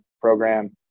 program